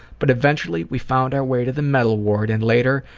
but eventually we found our way to the mental ward, and later,